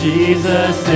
Jesus